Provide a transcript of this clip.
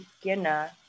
beginner